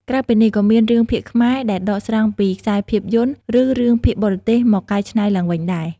ក្រៅពីនោះក៏មានរឿងភាគខ្មែរដែលដកស្រង់ពីខ្សែភាពយន្ត ឬរឿងភាគបរទេសមកកែច្នៃឡើងវិញដែរ។